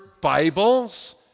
Bibles